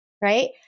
right